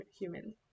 human